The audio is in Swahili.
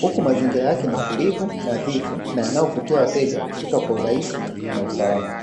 huku mazingira yake ni tulivu nadhifu na yanayovutia wateja kufika kwa urahisi na usalama.